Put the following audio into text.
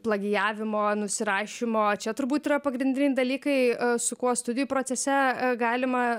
plagijavimo nusirašymo čia turbūt yra pagrindrin dalykai su kuo studijų procese galima